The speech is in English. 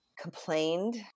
complained